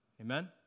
Amen